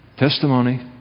Testimony